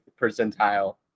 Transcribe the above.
percentile